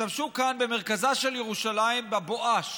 במרכזה של ירושלים בבואש.